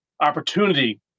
opportunity